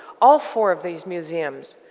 all four of these museums,